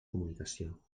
comunicació